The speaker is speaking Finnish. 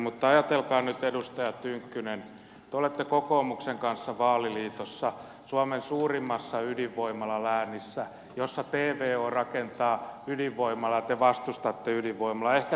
mutta ajatelkaa nyt edustaja tynkkynen te olette kokoomuksen kanssa vaaliliitossa suomen suurimmassa ydinvoimalaläänissä jossa tvo rakentaa ydinvoimalaa ja te vastustatte ydinvoimalaa